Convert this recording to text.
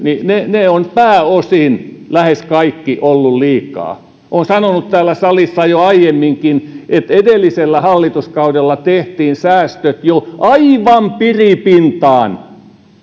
ovat pääosin lähes kaikki olleet liikaa olen sanonut täällä salissa jo aiemminkin että edellisellä hallituskaudella tehtiin säästöt jo aivan piripintaan